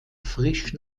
frisch